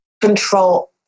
control